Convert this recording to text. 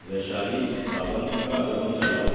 ویشالی ساونت کا البم چلاؤ